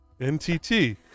NTT